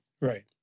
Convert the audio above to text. Right